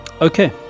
okay